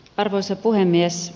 arvoisa puhemies